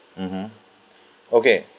mmhmm okay